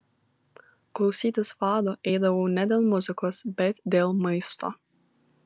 klausytis fado eidavau ne dėl muzikos bet dėl maisto